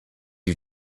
you